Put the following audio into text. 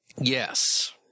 Yes